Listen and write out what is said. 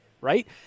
right